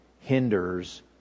hinders